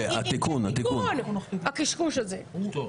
אמבוש.